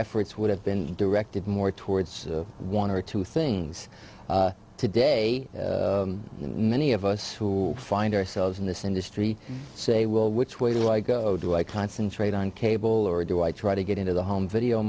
efforts would have been directed more towards one or two things today many of us who find ourselves in this industry say well which way do i go do i concentrate on cable or do i try to get into the home video